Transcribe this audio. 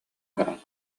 көрөн